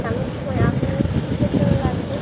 এমন সময় আপনি কীসের জন্য লাগবে